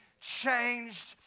changed